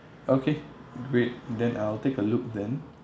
okay great then I'll take a look then